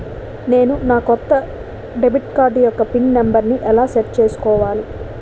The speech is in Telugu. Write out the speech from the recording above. నేను నా కొత్త డెబిట్ కార్డ్ యెక్క పిన్ నెంబర్ని ఎలా సెట్ చేసుకోవాలి?